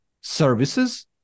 services